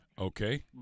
Okay